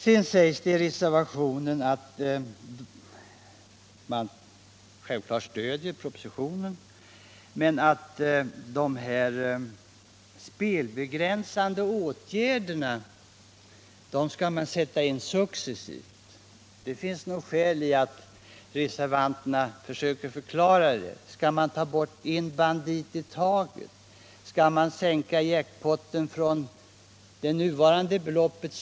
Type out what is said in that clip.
Det sägs vidare i reservationen att man självfallet stöder propositionens förslag men att de spelbegränsande åtgärderna skall sättas in successivt. Det vore nog skäl i att reservanterna försökte förklara det. Skall man ta bort en bandit i taget? Skall man sänka jackpotten månadsvis från nuvarande belopp?